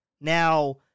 Now